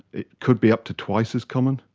it could be up to twice as common,